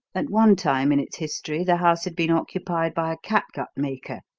at one time in its history the house had been occupied by a catgut maker,